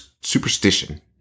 superstition